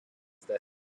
that